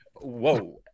whoa